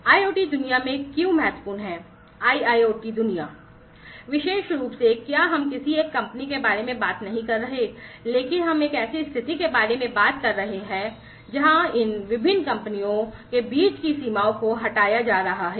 IoT दुनिया में क्या महत्वपूर्ण है IIoT दुनिया विशेष रूप से क्या हम किसी एक कंपनी के बारे में बात नहीं कर रहे हैं लेकिन हम एक ऐसी स्थिति के बारे में बात कर रहे हैं जहां इन विभिन्न कंपनियों इन विभिन्न कंपनियों के बीच की सीमाओं को हटाया जा रहा है